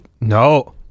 No